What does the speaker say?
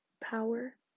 power